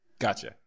Gotcha